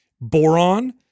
boron